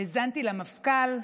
האזנתי למפכ"ל,